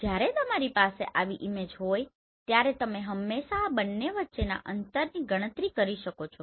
જ્યારે તમારી પાસે આવી ઈમેજો હોય ત્યારે તમે હંમેશાં આ બંને વચ્ચેના અંતરની ગણતરી કરી શકો છો